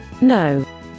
No